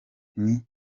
nti